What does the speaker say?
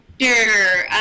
Sure